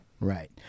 Right